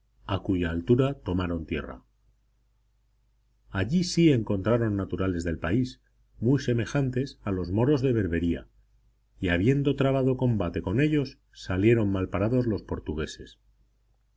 a cuya altura tomaron tierra allí sí encontraron naturales del país muy semejantes a los moros de berbería y habiendo trabado combate con ellos salieron malparados los portugueses